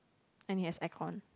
and it has aircon